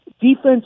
defense